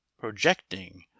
projecting